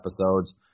episodes